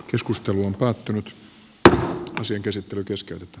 keskustelu on päättynyt kakkoseenkäsittely katseella